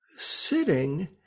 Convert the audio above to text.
Sitting